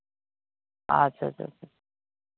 ᱟᱪᱪᱷᱟ ᱟᱪᱪᱷᱟ